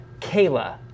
kayla